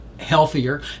healthier